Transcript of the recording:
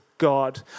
God